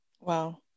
wow